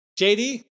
JD